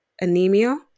anemia